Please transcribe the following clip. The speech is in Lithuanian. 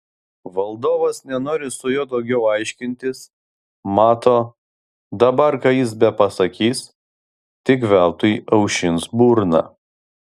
valdovas nenori su juo daugiau aiškintis mato dabar ką jis bepasakys tik veltui aušins burną